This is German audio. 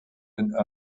den